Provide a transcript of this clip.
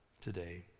today